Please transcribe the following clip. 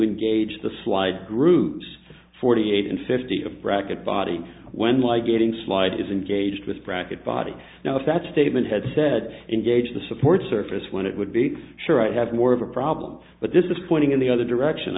engage the slide groups forty eight and fifty of bracket body when my getting slide is engaged with bracket body now if that statement had said engage the support surface when it would be sure i'd have more of a problem but this is pointing in the other direction